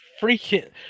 freaking